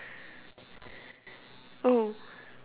oh